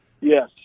Yes